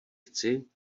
chci